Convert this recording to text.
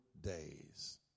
days